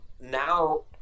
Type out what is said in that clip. now